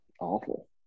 awful